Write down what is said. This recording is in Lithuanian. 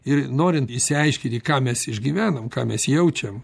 ir norint išsiaiškinti ką mes išgyvenam ką mes jaučiam